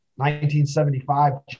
1975